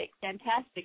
fantastic